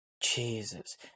Jesus